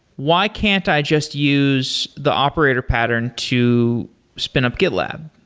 why can't i just use the operator pattern to spin up gitlab?